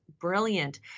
brilliant